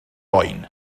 oen